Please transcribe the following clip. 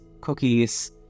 cookies